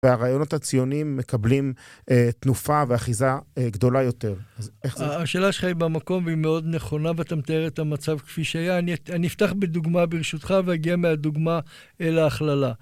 והרעיונות הציוניים מקבלים תנופה ואחיזה גדולה יותר, אז איך זה? השאלה שלך היא במקום והיא מאוד נכונה ואתה מתאר את המצב כפי שהיה, אני אפתח בדוגמה ברשותך ואגיע מהדוגמה להכללה.